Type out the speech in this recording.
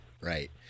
Right